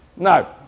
now,